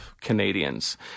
Canadians